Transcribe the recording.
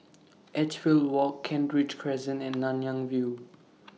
Edgefield Walk Kent Ridge Crescent and Nanyang View